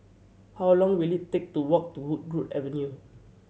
how long will it take to walk to Woodgrove Avenue